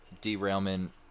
derailment